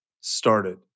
started